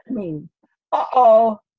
Uh-oh